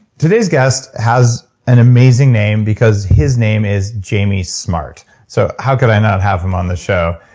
today's guest has an amazing name because his name is jamie smart so how could i not have him on the show?